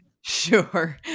Sure